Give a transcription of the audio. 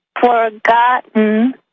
forgotten